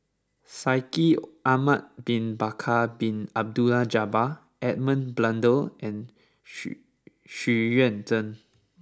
Shaikh Ahmad bin Bakar Bin Abdullah Jabbar Edmund Blundell and Xu Xu Yuan Zhen